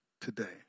today